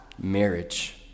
marriage